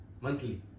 Monthly